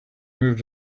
moved